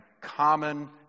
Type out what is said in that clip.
common